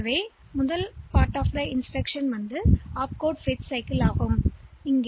எனவே இன்ஸ்டிரக்ஷன்செயல்பாட்டின் முதல் பகுதிஎன்பதை நீங்கள் காண்கிறீர்கள் ஆப்கோட் பெறுதல் சைக்கிள்யைப் போன்றது